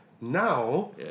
now